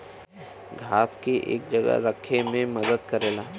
घास के एक जगह रखे मे मदद करेला